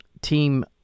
team